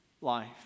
life